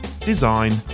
design